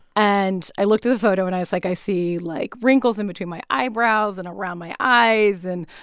and i looked at the photo, and i was like, i see, like, wrinkles in between my eyebrows and around my eyes. and.